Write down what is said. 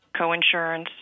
coinsurance